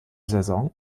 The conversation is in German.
saison